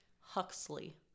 Huxley